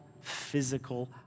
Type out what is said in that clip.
physical